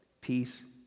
peace